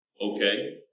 okay